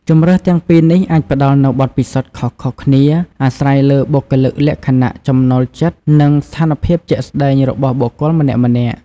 ជម្រើសទាំងពីរនេះ អាចផ្ដល់នូវបទពិសោធន៍ខុសៗគ្នា អាស្រ័យលើបុគ្គលិកលក្ខណៈ ចំណូលចិត្ត និងស្ថានភាពជាក់ស្ដែងរបស់បុគ្គលម្នាក់ៗ។